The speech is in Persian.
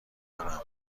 دارم